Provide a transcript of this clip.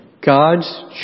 God's